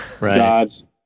God's